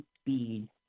speed